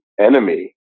enemy